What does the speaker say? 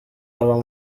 aba